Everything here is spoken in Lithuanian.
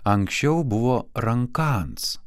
anksčiau buvo rankans